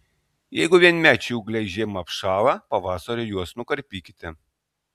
jeigu vienmečiai ūgliai žiemą apšąla pavasarį juos nukarpykite